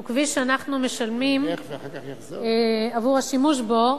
הוא כביש שאנחנו משלמים עבור השימוש בו,